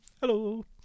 Hello